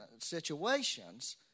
situations